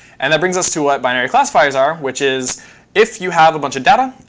and that brings us to what binary classifiers are, which is if you have a bunch of data,